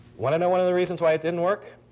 want to know one of the reasons why it didn't work?